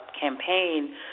campaign